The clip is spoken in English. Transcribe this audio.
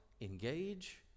engage